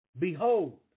Behold